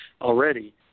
already